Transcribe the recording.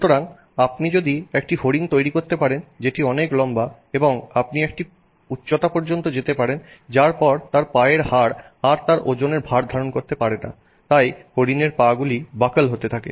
সুতরা আপনি একটি হরিণ তৈরি করতে পারেন যেটি অনেক লম্বা এবং আপনি একটি উচ্চতা পর্যন্ত যেতে পারেন যার পর তার পায়ের হাড় আর তার ওজনের ভার ধারণ করতে পারেনা তাই হরিণের পা গুলি বাকল হতে থাকে